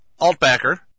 Altbacker